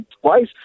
twice